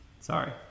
sorry